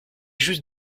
juste